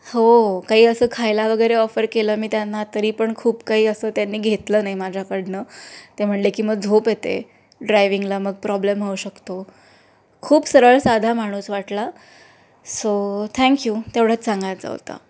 हो काही असं खायला वगैरे ऑफर केलं मी त्यांना तरी पण खूप काही असं त्यांनी घेतलं नाही माझ्याकडनं ते म्हणले की मग झोप येते ड्रायविंगला मग प्रॉब्लेम होऊ शकतो खूप सरळ साधा माणूस वाटला सो थँक्यू तेवढंच सांगायचं होतं